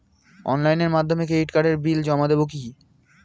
অনলাইনের মাধ্যমে ক্রেডিট কার্ডের বিল জমা দেবো কি?